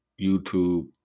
YouTube